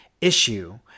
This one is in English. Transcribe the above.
issue